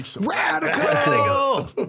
radical